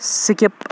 skip